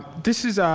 this is